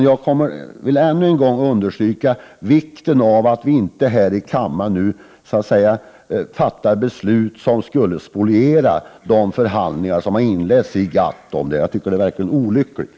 Jag vill dock ännu en gång understryka vikten av att vi inte här i kammaren nu fattar beslut som skulle spoliera de förhandlingar som har inletts i GATT. Det vore verkligen olyckligt.